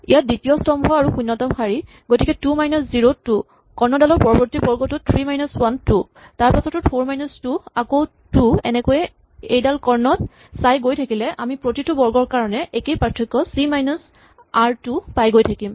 ইয়াত দ্বিতীয় স্তম্ভ আৰু শূণ্যতম শাৰী গতিকে টু মাইনাচ জিৰ' টু কৰ্ণডালৰ পৰৱৰ্তী বৰ্গটোত থ্ৰী মাইনাচ ৱান টু তাৰপাছৰটোত ফ'ৰ মাইনাচ টু আকৌ টু এনেকৈয়ে এইডাল কৰ্ণত চাই গৈ থাকিলে আমি প্ৰতিটো বৰ্গৰ কাৰণে একেই পাৰ্থক্য চি মাইনাচ আৰ টু পায় গৈ থাকিম